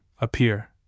appear